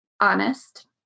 honest